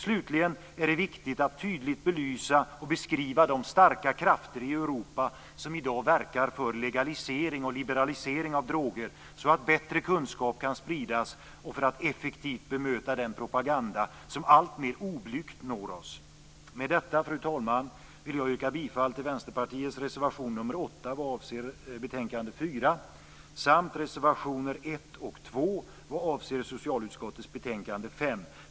Slutligen är det viktigt att tydligt belysa och beskriva de starka krafter i Europa som i dag verkar för legalisering och liberalisering av droger så att bättre kunskap kan spridas och för att effektivt bemöta den propagande som alltmer oblygt når oss. Med detta, fru talman, yrkar jag bifall till Vänsterpartiets reservation 8 vad avser socialutskottets betänkande 4 samt till reservationerna 1 och 2 vad avser socialutskottets betänkande 5.